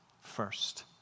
first